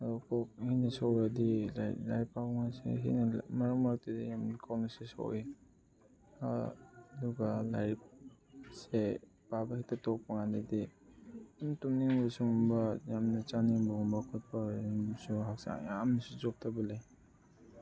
ꯑꯗꯨ ꯀꯣꯛ ꯍꯦꯟꯅ ꯁꯣꯛꯑꯗꯤ ꯂꯥꯏꯛ ꯂꯥꯏꯔꯤꯛ ꯄꯥꯕ ꯃꯔꯛ ꯃꯔꯛꯇꯗꯤ ꯌꯥꯝ ꯁꯣꯛꯏ ꯑꯗꯨꯒ ꯂꯥꯏꯔꯤꯛꯁꯦ ꯄꯥꯕ ꯍꯦꯛꯇ ꯇꯣꯛꯄꯀꯥꯟꯗꯗꯤ ꯑꯗꯨꯝ ꯇꯨꯝꯅꯤꯡꯕ ꯁꯨꯝꯕ ꯌꯥꯝ ꯆꯥꯅꯤꯡꯕꯒꯨꯝꯕ ꯈꯣꯠꯄ ꯍꯛꯆꯥꯡ ꯌꯥꯝ ꯆꯣꯛꯊꯕ ꯂꯩ